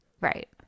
right